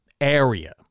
area